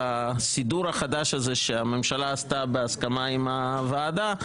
בסידור החדש הזה שהממשלה עשתה בהסכמה עם הוועדה,